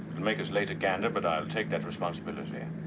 and make us late at gander. but i'll take that responsibility.